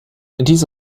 diese